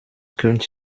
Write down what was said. könnt